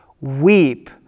Weep